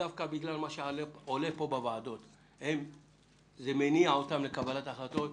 שדווקא מה שעולה פה בוועדות מניע אותם לקבל החלטות.